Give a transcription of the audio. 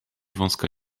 wąska